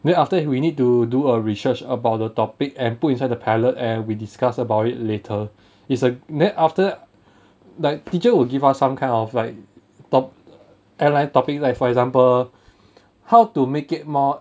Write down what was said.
then after that we need to do a research about the topic and put inside the pilot and we discuss about it later is a then after that like teacher will give us some kind of like top airline topics like for example how to make it more